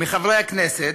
מחברי הכנסת,